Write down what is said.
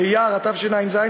באייר תשע"ז,